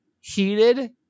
heated